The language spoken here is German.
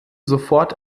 sofort